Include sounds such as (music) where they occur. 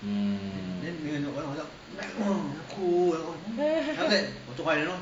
mm (laughs)